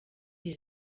die